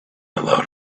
allowed